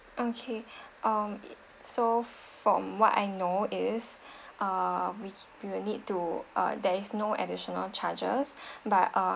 okay um so from what I know is uh we we will need to uh there is no additional charges but uh